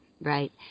right